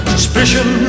Suspicion